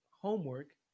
Homework